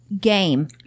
game